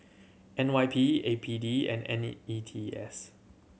N Y P A P D and N E E T S